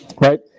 right